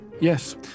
Yes